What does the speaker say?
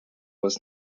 was